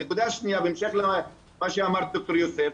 נקודה שניה, בהמשך למה שאמר ד"ר יוסף,